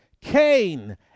Cain